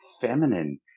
feminine